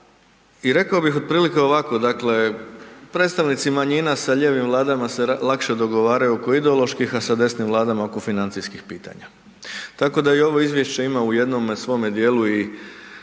I rekao bih otprilike ovako, dakle predstavnici manjina sa lijevim Vladama se lakše dogovaraju oko ideoloških, a sa desnim Vladama oko financijskih pitanja. Tako da i ovo izvješće ima u jednome svome dijelu i